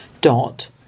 Dot